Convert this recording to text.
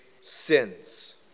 sins